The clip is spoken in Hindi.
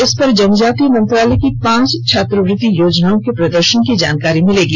इस पर जनजातीय मंत्रालय की पांच छात्रवृत्ति योजनाओं के प्रदर्शन की जानकारी मिलेगी